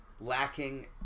lacking